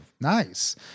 nice